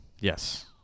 Yes